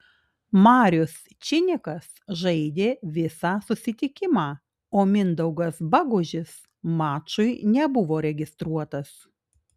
marius činikas žaidė visą susitikimą o mindaugas bagužis mačui nebuvo registruotas